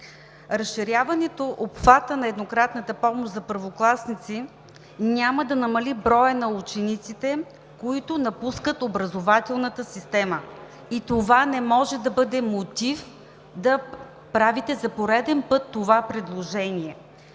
Разширяването обхвата на еднократната помощ за първокласници няма да намали броя на учениците, които напускат образователната система. Това не може да бъде мотив да правите за пореден път това предложение,